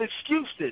excuses